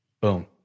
boom